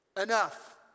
enough